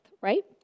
right